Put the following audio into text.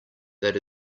that